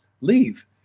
leave